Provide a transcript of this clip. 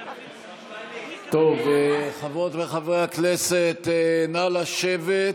טוב, חברות וחברי הכנסת, נא לשבת.